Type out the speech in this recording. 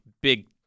big